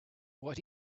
what